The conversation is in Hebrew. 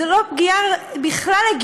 זו פגיעה בכלל לא הגיונית.